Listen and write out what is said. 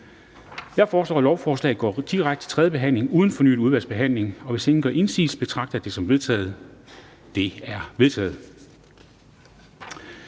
Jeg foreslår, at lovforslaget går direkte til tredje behandling uden fornyet udvalgsbehandling. Hvis ingen gør indsigelse, betragter jeg det som vedtaget. Det er vedtaget.